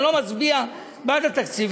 אני לא מצביע בעד התקציב,